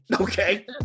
Okay